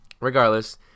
regardless